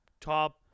top